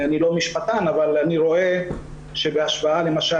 אני לא משפטן אבל אני רואה שבהשוואה למשל